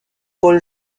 paul